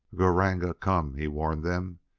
gr-r-ranga come! he warned them,